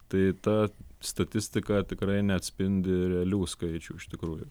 tai ta statistika tikrai neatspindi realių skaičių iš tikrųjų